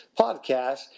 podcast